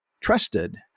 trusted